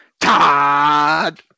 Todd